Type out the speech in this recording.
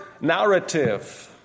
narrative